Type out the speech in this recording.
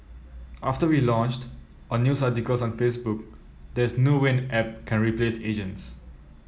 after we launched on news articles on Facebook there's no way app can replace agents